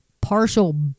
partial